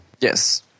Yes